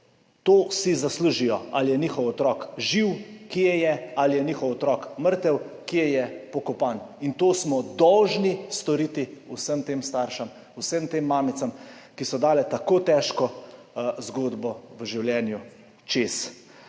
to si zaslužijo, ali je njihov otrok živ, kje je, ali je njihov otrok mrtev, kje je pokopan. To smo dolžni storiti za vse te starše, vse te mamice, ki so dale čez tako težko zgodbo v življenju.